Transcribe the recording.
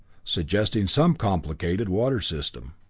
suggesting some complicated water system.